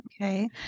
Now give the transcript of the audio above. Okay